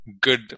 good